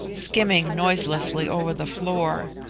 skimming noiselessly over the floor.